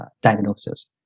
diagnosis